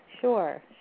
sure